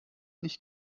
nicht